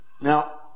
Now